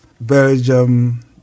Belgium